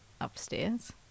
upstairs